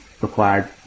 required